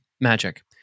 magic